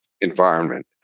environment